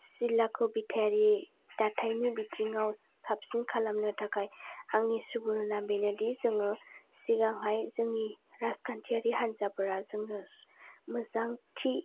सिला कबिथेरि दाबथायनि बिथिंआव साबसिन खालामनो थाखाय आंनि सुबुरुना बेनोदि जोङो सिगांहाय जोंनो राजखान्थयारि हान्जाफोरा मोजांथि